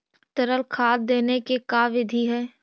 तरल खाद देने के का बिधि है?